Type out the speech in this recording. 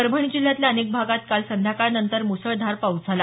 परभणी जिल्ह्यातल्या अनेक भागात काल संध्याकाळनंतर मुसळधार पाऊस झाला